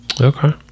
Okay